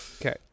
Okay